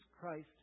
Christ